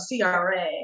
CRA